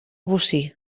bocí